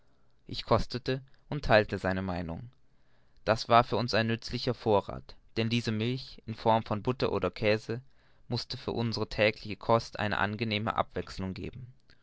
ich kostete sie und theilte seine meinung das war für uns ein nützlicher vorrath denn diese milch in form von butter oder käse mußte für unsere tägliche kost eine angenehme abwechselung abgeben